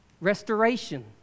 Restoration